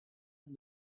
and